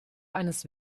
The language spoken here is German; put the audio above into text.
eines